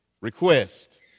request